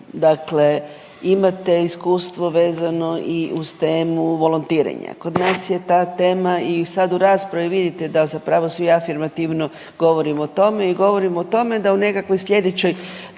Dakle, imate iskustvo vezano i uz temu volontiranja. Kod nas je ta tema i sad u raspravi vidite da zapravo svi afirmativno govorimo o tome i govorimo o tome da u nekakvoj slijedećoj